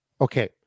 okay